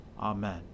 Amen